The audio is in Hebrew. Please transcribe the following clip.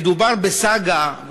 מדובר בסאגה,